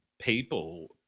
people